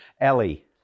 Ellie